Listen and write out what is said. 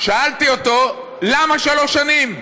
שאלתי אותו: למה שלוש שנים?